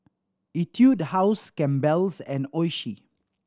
Etude House Campbell's and Oishi